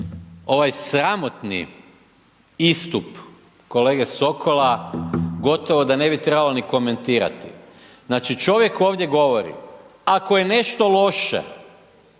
Ovaj sramotni istup kolege Sokola gotovo da ne bi trebalo ni komentirati. Znači, čovjek ovdje govori ako je nešto loše,